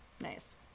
nice